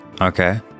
Okay